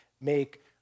make